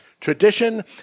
tradition